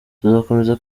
tuzakomeza